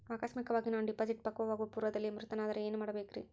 ಆಕಸ್ಮಿಕವಾಗಿ ನಾನು ಡಿಪಾಸಿಟ್ ಪಕ್ವವಾಗುವ ಪೂರ್ವದಲ್ಲಿಯೇ ಮೃತನಾದರೆ ಏನು ಮಾಡಬೇಕ್ರಿ?